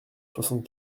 soixante